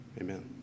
Amen